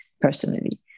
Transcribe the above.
personally